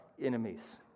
enemies